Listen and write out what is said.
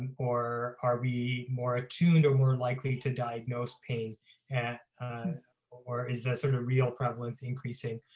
or are we more attuned or more likely to diagnose pain and or is this sort of real prevalence increasing,